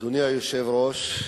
אדוני היושב-ראש,